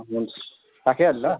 अब राखेँ है अहिले ल